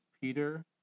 peter